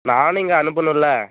நானும் இங்கே அனுப்பனும்ல்ல